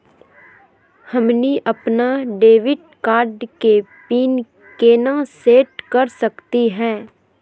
हमनी अपन debit card के पीन केना सेट कर सकली हे?